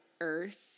Earth